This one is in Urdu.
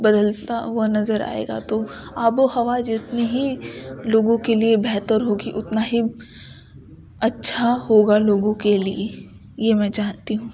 بدلتا ہوا نظر آئے گا تو آب و ہوا جتنی ہی لوگوں کے لیے بہتر ہوگی اتنا ہی اچّھا ہوگا لوگوں کے لیے یہ میں چاہتی ہوں